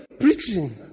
Preaching